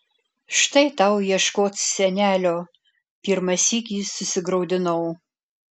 štai tau ieškot senelio pirmą sykį susigraudinau